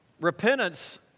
repentance